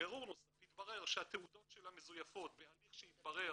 התברר שהתעודות שלה מזויפות בהליך שהתברר